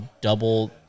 double